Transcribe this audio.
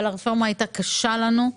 אבל היא הייתה קשה לנו.